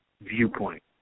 viewpoint